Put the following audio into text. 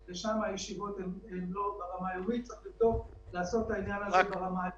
אז אני מניח שבחלק מהדברים נצטרך לחשוב עוד פעם ולראות מה אנחנו עושים,